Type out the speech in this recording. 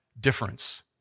difference